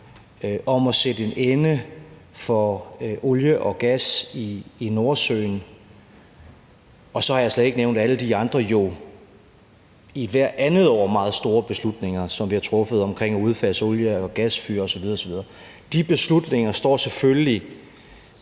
om at sætte en ende for olie og gas i Nordsøen – og så har jeg slet ikke nævnt alle de andre meget store beslutninger, som vi har truffet, om at udfase olie- og gasfyr osv. osv. De beslutninger står selvfølgelig